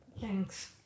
Thanks